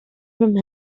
from